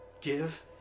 Give